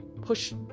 push